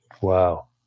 Wow